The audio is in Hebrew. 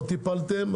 לא טיפלתם,